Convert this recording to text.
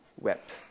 wept